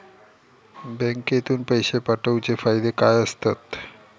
बँकेतून पैशे पाठवूचे फायदे काय असतत?